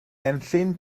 enllyn